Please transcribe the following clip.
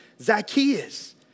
Zacchaeus